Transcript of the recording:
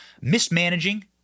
mismanaging